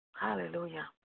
Hallelujah